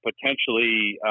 potentially